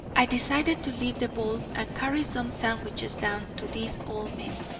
i decided to leave the ball and carry some sandwiches down to these old men.